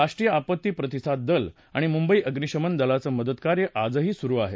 राष्ट्रीय आपत्ती प्रतिसाद दल आणि मुंबई अग्निशमन दलाचं मदत कार्य आजही सुरू आहे